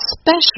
special